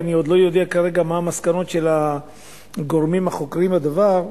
ואני עוד לא יודע כרגע מה המסקנות של הגורמים החוקרים בדבר,